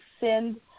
send